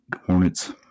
Hornets